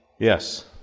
Yes